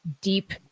deep